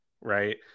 right